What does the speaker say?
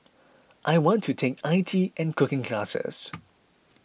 I want to take I T and cooking classes